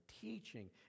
teaching